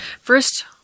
First